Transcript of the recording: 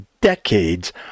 decades